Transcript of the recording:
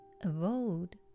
avoid